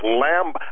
lamb